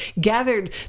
gathered